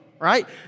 right